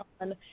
on